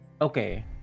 Okay